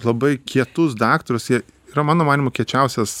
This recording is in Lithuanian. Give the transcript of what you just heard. labai kietus daktarus jie yra mano manymu kiečiausias